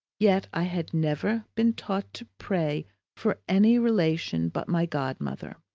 yet i had never been taught to pray for any relation but my godmother.